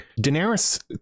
Daenerys